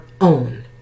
own